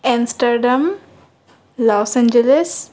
Amsterdam Los Angeles